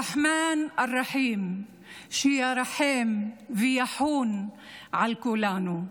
בערבית: הרחמן והרחום,) שירחם ויחון על כולנו,